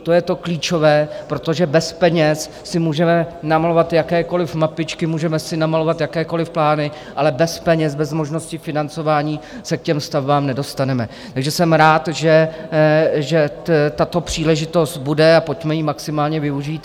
To je to klíčové, protože bez peněz si můžeme namalovat jakékoliv mapičky, můžeme si namalovat jakékoliv plány, ale bez peněz, bez možnosti financování, se k těm stavbám nedostaneme, takže jsem rád, že tato příležitost bude, a pojďme ji maximálně využít.